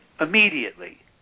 immediately